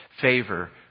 favor